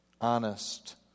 honest